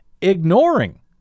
ignoring